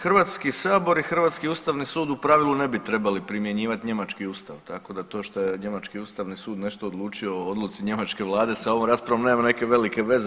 Hrvatski sabor i hrvatski Ustavni sud u pravilu ne bi trebali primjenjivati njemački Ustav, tako da to što je njemački Ustavni sud nešto odlučio o odluci njemačke Vlade sa ovom raspravom nema neke velike veze.